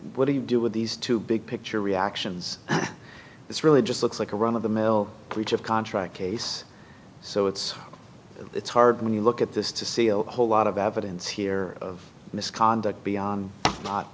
what do you do with these two big picture reactions it's really just looks like a run of the mill breach of contract case so it's it's hard when you look at this to see a whole lot of evidence here of misconduct beyond not